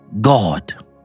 God